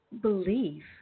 belief